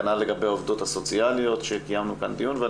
כנ"ל לגבי העובדות הסוציאליות שקיימנו דיון בנוגע אליהן.